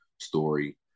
story